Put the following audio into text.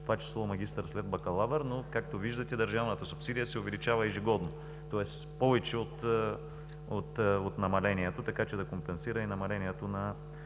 това число магистър след бакалавър, но както виждате, държавната субсидия се увеличава ежегодно. Тоест с повече от намалението, така че да компенсира и намалението на